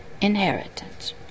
inheritance